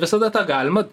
visada tą galima